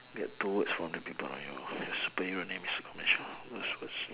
get two words from the people around you your superhero name is a combination of those words